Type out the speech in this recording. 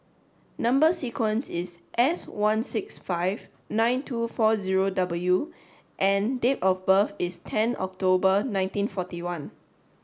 number sequence is S one six five nine two four zero W and date of birth is ten October nineteen forty one